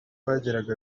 bageraga